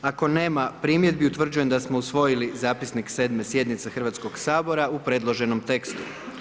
Ako nema primjedbi, utvrđujem da smo usvojili zapisnik 7. sjednice Hrvatskog sabora u predloženom tekstu.